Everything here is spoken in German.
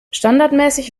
standardmäßig